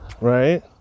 Right